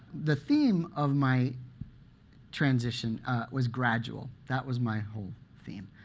the theme of my transition was gradual that was my whole theme.